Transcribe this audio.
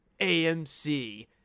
AMC